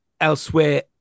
Elsewhere